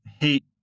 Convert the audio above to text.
hate